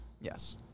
Yes